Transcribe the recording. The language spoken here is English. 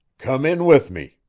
come in with me,